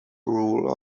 rule